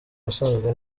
wasangaga